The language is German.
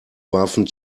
warfen